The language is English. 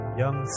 young